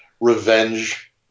revenge